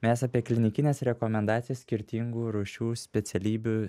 mes apie klinikines rekomendacijas skirtingų rūšių specialybių